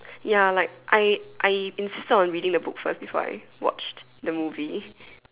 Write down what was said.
ya like I I insisted on reading the book first before I watch the movie